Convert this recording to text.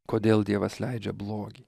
kodėl dievas leidžia blogį